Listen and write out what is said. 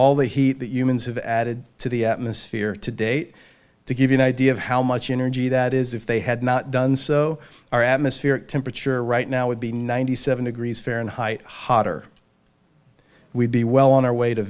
all the heat that humans have added to the atmosphere to date to give you an idea of how much energy that is if they had not done so our atmosphere temperature right now would be ninety seven degrees fahrenheit hotter we'd be well on our way to